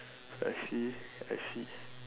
I see I see